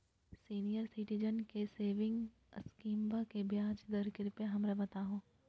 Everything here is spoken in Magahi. सीनियर सिटीजन के सेविंग स्कीमवा के ब्याज दर कृपया हमरा बताहो